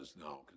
now